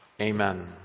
Amen